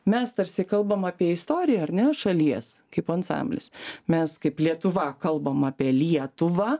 mes tarsi kalbam apie istoriją ar ne šalies kaip ansamblis mes kaip lietuva kalbam apie lietuvą